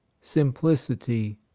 simplicity